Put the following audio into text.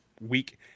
week